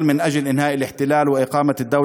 המאבק למען סיום הכיבוש והקמת מדינה